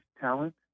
talent